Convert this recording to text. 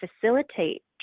facilitate